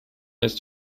ist